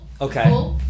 Okay